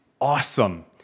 awesome